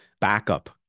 backup